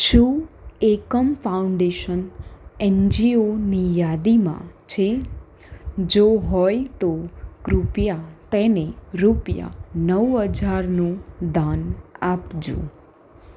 શું Ekam foundation N G ઓની યાદીમાં છે જો હોય તો કૃપયા તેને રૂપિયા નવ હજારનું દાન આપજો